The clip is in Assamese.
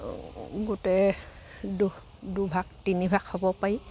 গোটেই দু দুভাগ তিনিভাগ হ'ব পাৰি